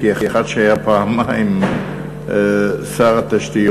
כאחד שהיה פעמיים שר התשתיות,